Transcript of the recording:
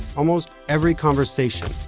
almost every conversation,